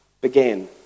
began